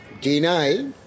deny